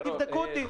תבדקו אותי.